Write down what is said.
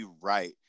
right